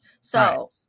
So-